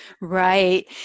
Right